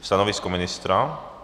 Stanovisko ministra?